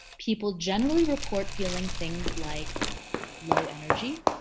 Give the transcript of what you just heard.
people generally report feeling things like low energy,